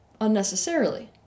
unnecessarily